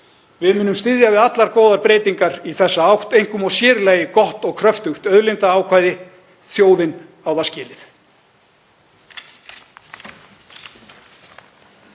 Við munum styðja við allar góðar breytingar í þessa átt, einkum og sér í lagi gott og kröftugt auðlindaákvæði. Þjóðin á það skilið.